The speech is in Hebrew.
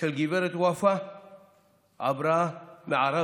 של גב' ופאא עבארה מעראבה.